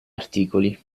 articoli